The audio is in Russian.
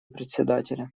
председателя